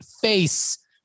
face